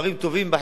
בעם ישראל,